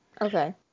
Okay